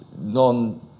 non